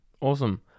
awesome